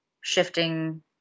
shifting